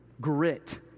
grit